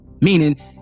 Meaning